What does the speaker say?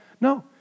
no